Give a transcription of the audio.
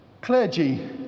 Clergy